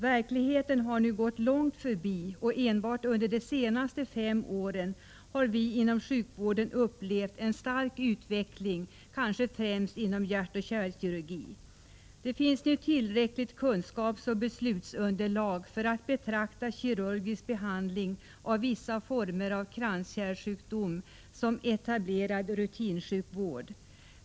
Verkligheten har nu gått långt förbi, och enbart under de senaste fem åren har vi inom sjukvården upplevt en stark utveckling, kanske främst inom hjärtoch kärlkirurgin. Det finns nu tillräckligt kunskapsoch beslutsunderlag för att betrakta kirurgisk behandling av vissa former av kranskärlssjukdom som etablerad rutinsjukvård.